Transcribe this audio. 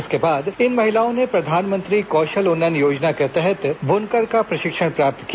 इसके बाद इन महिलाओं ने प्रधानमंत्री कौशल उन्नयन योजना के तहत बुनकर का प्रशिक्षण प्राप्त किया